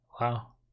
Wow